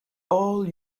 all